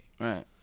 Right